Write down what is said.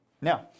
Now